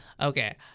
Okay